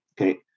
Okay